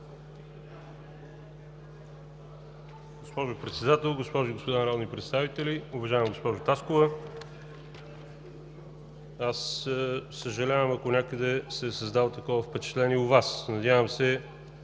Госпожо Председател, госпожи и господа народни представители! Уважаема госпожо Таскова, съжалявам, ако някъде се е създало такова впечатление у Вас. Надявам се